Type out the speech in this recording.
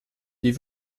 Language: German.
die